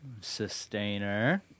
Sustainer